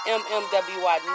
mmwy